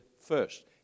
first